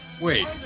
Wait